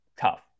tough